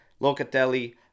Locatelli